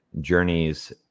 Journeys